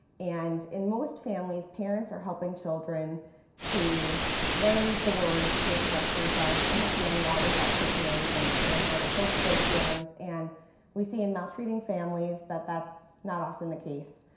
and in most families parents are helping to learn the words to express themselves, understand why they felt certain ways, and and then how to cope with those feelings. and we see in maltreating families that that's not often the case.